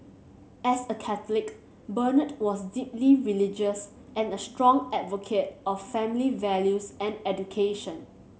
as a Catholic Bernard was deeply religious and a strong advocate of family values and education